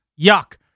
Yuck